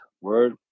Word